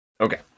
Okay